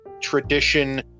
tradition